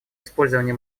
использование